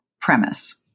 premise